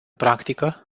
practică